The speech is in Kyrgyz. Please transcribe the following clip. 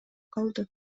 калды